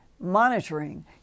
monitoring